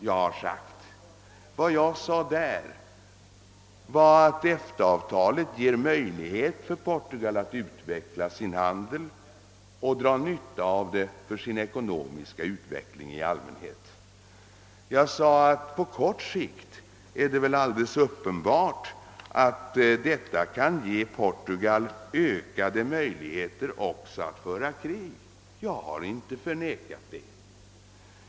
Vad jag har sagt är att EFTA-avtalet ger Portugal möjlighet att utveckla sin handel och dra nytta av detta för sin ekonomiska utveckling i allmänhet. Jag framhöll också att det väl på kort sikt är alldeles uppenbart att detta kan ge Portugal ökade möjligheter att föra krig. Det har jag inte förnekat.